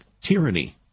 tyranny